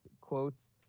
quotes